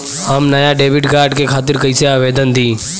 हम नया debit card के खातिर कइसे आवेदन दीं?